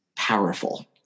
powerful